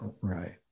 Right